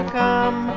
come